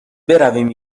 برویم